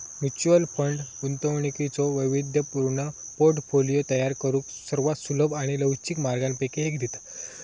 mutual fund गुंतवणुकीचो वैविध्यपूर्ण portfolio तयार करुक सर्वात सुलभ आणि लवचिक मार्गांपैकी एक देता